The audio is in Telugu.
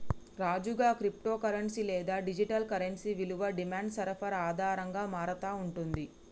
రాజుగా, క్రిప్టో కరెన్సీ లేదా డిజిటల్ కరెన్సీ విలువ డిమాండ్ సరఫరా ఆధారంగా మారతా ఉంటుంది